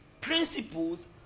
Principles